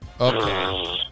Okay